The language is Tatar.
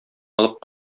алып